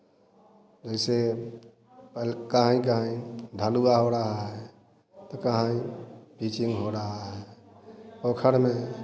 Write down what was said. जैसे पहले कहैं कहैं ढलुवा हो रहा है तो कहैं पीचिंग हो रहा है पोखर में